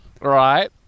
Right